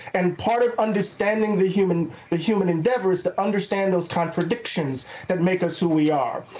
and part of understanding the human the human endeavor is to understand those contradictions that make us who we are.